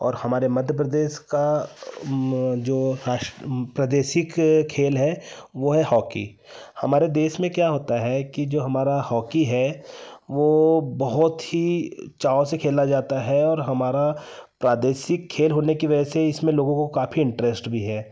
और हमारे मध्य प्रदेश का जो प्रादेशिक खेल है वह हॉकी हमारे देश में क्या होता है कि जो हमारा हॉकी है वह बहुत ही चाव से खेला जाता है और हमारा प्रादेशिक खेल होने की वजह से इसमें लोगों को काफ़ी इंटरेस्ट भी है